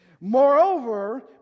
Moreover